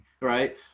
right